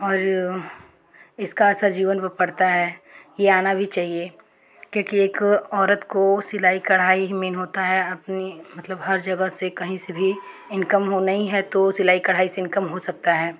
और इसका असर जीवन पर पड़ता है ये आना भी चाहिए क्योंकि एक औरत को सिलाई कढ़ाई ही मेन होता है अपनी मतलब हर जगह से कहीं से भी इनकम हो नहीं है तो सिलाई कढ़ाई से इनकम हो सकता है